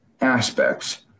aspects